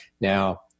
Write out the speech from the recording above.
Now